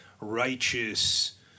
righteous